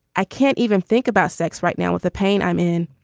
i can't even think about sex right now with the pain i'm in.